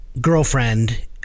girlfriend